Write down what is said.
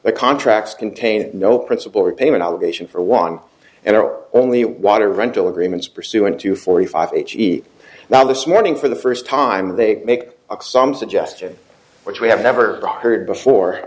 the contracts contain no principal repayment obligation for one and are only water rental agreements pursuant to forty five h e now this morning for the first time they make a suggestion which we have never heard before